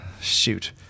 Shoot